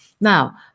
Now